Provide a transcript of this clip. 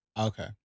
Okay